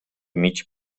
mig